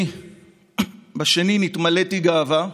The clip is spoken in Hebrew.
בשני נתמלאתי גאווה,